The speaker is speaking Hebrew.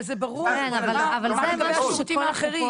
אבל זה ברור, ככה זה גם אצל האחרים.